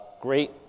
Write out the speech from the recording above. Great